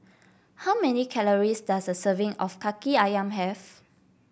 how many calories does a serving of Kaki ayam have